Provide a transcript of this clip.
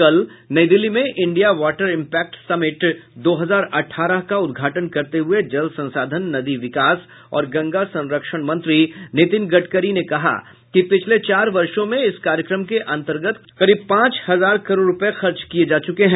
कल नई दिल्ली में India water impact summit दो हजार अठारह का उद्घाटन करते हुए जल संसाधान नदी विकास और गंगा संरक्षण मंत्री नितिन गडकरी ने कहा कि पिछले चार वर्षों में इस कार्यक्रम के अंतर्गत करीब पांच हजार करोड़ रुपये खर्च किए जा चुके हैं